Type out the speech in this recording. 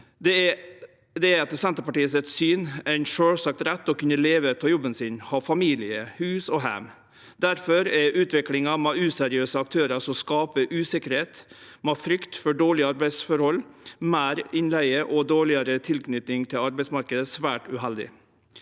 Det er etter Senterpartiets syn ein sjølvsagt rett å kunne leve av jobben sin og ha familie, hus og heim. Difor er utviklinga med useriøse aktørar som skaper usikkerheit, frykt for dårlege arbeidsforhold, meir innleige og dårlegare tilknyting til arbeidsmarknaden, svært uheldig.